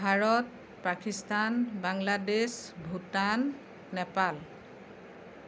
Bharat Pakistan Bangladesh Bhutan Nepal